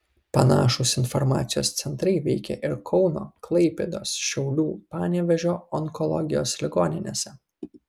panašūs informacijos centrai veikė ir kauno klaipėdos šiaulių panevėžio onkologijos ligoninėse